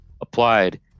applied